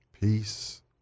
Peace